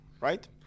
right